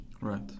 Right